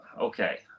okay